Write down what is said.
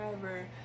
forever